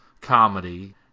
comedy